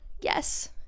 yes